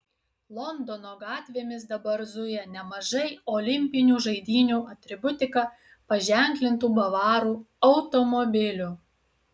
londono gatvėmis dabar zuja nemažai olimpinių žaidynių atributika paženklintų bavarų automobilių